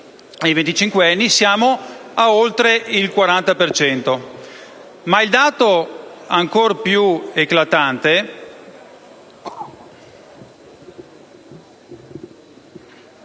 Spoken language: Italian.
siamo ad oltre il 40